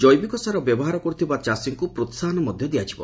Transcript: ଜେବିକ ସାର ବ୍ୟବହାର କରୁଥିବା ଚାଷୀଙ୍କୁ ପ୍ରୋହାହନ ମଧ୍ଧ ଦିଆଯିବ